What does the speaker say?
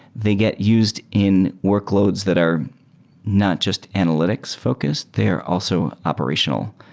they get used in workloads that are not just analytics-focused. they are also operational.